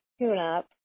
tune-up